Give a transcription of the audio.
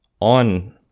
on